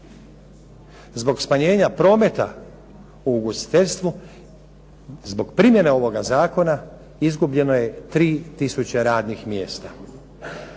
Zbog smanjenja prometa u ugostiteljstvu zbog primjene ovoga zakona izgubljeno je 3000 radnih mjesta.